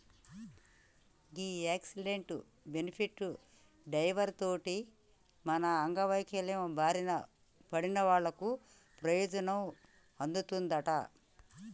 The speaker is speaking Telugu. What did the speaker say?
గీ యాక్సిడెంటు, బెనిఫిట్ రైడర్ తోటి మనం అంగవైవల్యం బారిన పడినోళ్ళకు పెయోజనం అందుతదంట